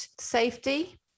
safety